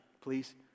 please